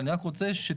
אבל אני רק רוצה שתזכרו